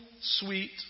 sweet